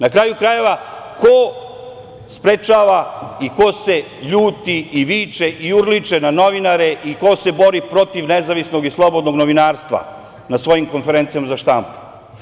Na kraju krajeva, ko sprečava i ko se ljuti i viče i urliče na novinare i ko se bori protiv nezavisnog i slobodnog novinarstva na svojim konferencijama za štampu?